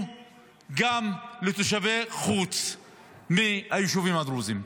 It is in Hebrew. גם לתושבים מחוץ ליישובים הדרוזיים.